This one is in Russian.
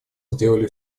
сделали